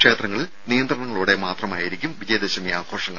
ക്ഷേത്രങ്ങളിൽ നിയന്ത്രണങ്ങളോടെ മാത്രമായിരിക്കും വിജയദശമി ആഘോഷങ്ങൾ